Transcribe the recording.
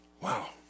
Wow